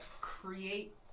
create